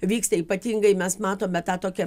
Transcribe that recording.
vyksta ypatingai mes matome tą tokią